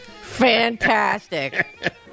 Fantastic